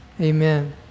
Amen